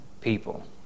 people